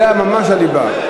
זה ממש הליבה.